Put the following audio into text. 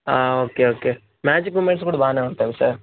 ఆ okay okay magic moments కూడా బాగానే ఉంటుంది సార్